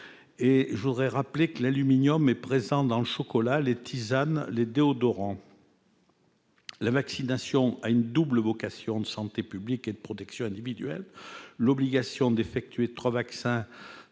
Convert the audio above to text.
Je le rappelle, l'aluminium est présent dans le chocolat, les tisanes et les déodorants. La vaccination a une double vocation de santé publique et de protection individuelle. L'obligation d'effectuer trois vaccins